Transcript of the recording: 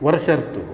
वर्षर्तु